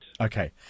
Okay